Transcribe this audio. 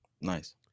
Nice